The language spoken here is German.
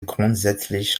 grundsätzlich